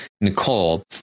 Nicole